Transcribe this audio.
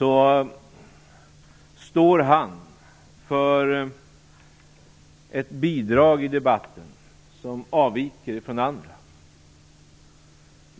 märker jag att han står för ett bidrag i debatten som avviker från andra bidrag.